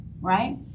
right